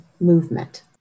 movement